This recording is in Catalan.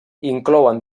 inclouen